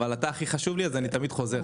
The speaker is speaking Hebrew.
אבל אתה הכי חשוב לי אז אני תמיד חוזר.